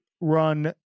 run